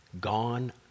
gone